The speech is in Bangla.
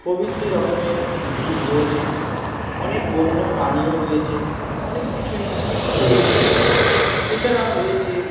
প্রভৃতি রকমের জীব রয়েছে অনেক বন্য প্রাণীও রয়েছে অনেক কিছুই রয়েছে এছাড়া রয়েছে